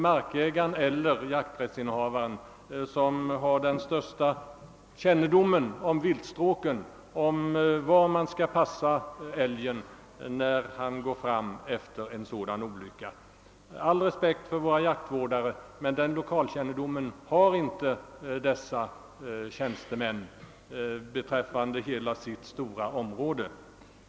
Markägaren eller jakträttsinnehavaren har större kännedom om viltstråken och om var man skall passa älgen när han går fram efter en sådan olycka. Med all respekt för våra jaktvårdare kan jag säga att dessa tjänstemän inte har lokalkännedom beträffande hela sitt stora område.